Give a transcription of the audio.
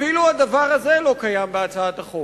אפילו הדבר הזה לא קיים בהצעת החוק.